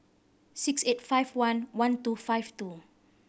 six eight five one one two five two